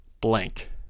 blank